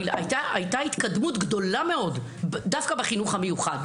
הייתה התקדמות גדולה מאוד דווקא בחינוך המיוחד.